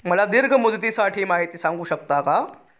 मला दीर्घ मुदतीसाठी माहिती सांगू शकता का?